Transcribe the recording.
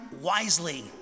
wisely